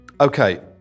Okay